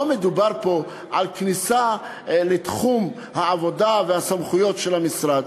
לא מדובר פה על כניסה לתחום העבודה והסמכויות של המשרד.